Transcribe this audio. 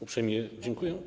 Uprzejmie dziękuję.